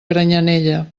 granyanella